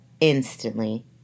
instantly